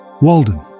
Walden